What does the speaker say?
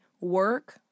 work